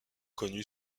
connue